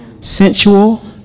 sensual